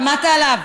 שמעת עליו?